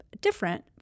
different